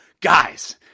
guys